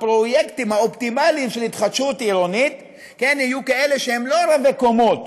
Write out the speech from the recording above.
הפרויקטים האופטימליים של התחדשות עירונית יהיו כאלה שהם לא רבי-קומות,